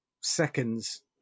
seconds